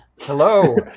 Hello